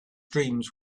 dreams